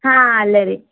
ಹಾಂ ಅಲ್ಲೇ ರೀ